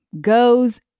goes